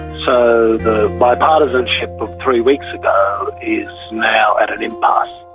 so the bipartisanship of three weeks ago is now at an impasse.